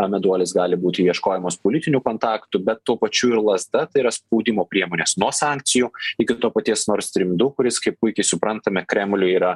na meduolis gali būti ieškojimas politinių kontaktų bet tuo pačiu ir lazda tai yra spaudimo priemonės nuo sankcijų iki to paties nord strym du kuris kaip puikiai suprantame kremliui yra